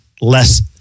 less